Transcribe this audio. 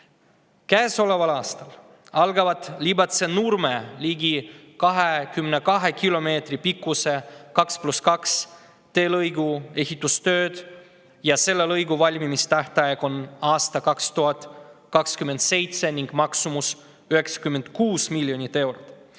Käesoleval aastal algavad Libatse-Nurme ligi 22 kilomeetri pikkuse 2 + 2 teelõigu ehitustööd. Selle lõigu valmimise tähtaeg on aasta 2027 ning maksumus 96 miljonit eurot.